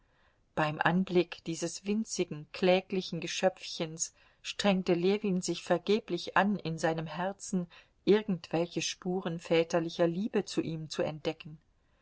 beim anblick dieses winzigen kläglichen geschöpfchens strengte ljewin sich vergeblich an in seinem herzen irgendwelche spuren väterlicher liebe zu ihm zu entdecken